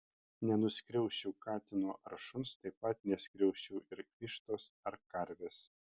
nenuskriausčiau katino ar šuns taip pat neskriausčiau ir vištos ar karvės